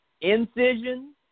incision